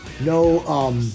no